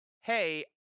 hey